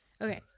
Okay